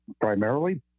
primarily